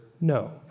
no